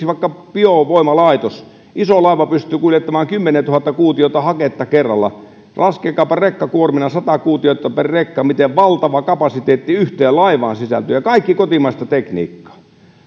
vaikka biovoimalaitos iso laiva pystyy kuljettamaan kymmenentuhatta kuutiota haketta kerralla laskekaapa rekkakuormina sata kuutiota per rekka miten valtava kapasiteetti yhteen laivaan sisältyy ja kaikki kotimaista tekniikkaa